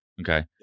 Okay